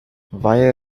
why